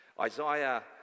Isaiah